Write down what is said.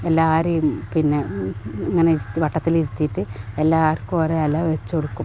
എല്ലാവരെയും പിന്നെ ഇങ്ങനെ ഇരുത്തി വട്ടത്തിലിരുത്തിയിട്ട് എല്ലാവർക്കും ഒരില വെച്ചു കൊടുക്കും